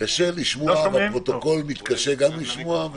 קשה לשמוע והפרוטוקול גם מתקשה לשמוע,